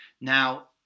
Now